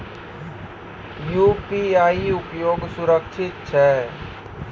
UPI उपयोग सुरक्षित छै?